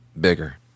bigger